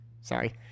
Sorry